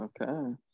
Okay